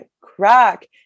crack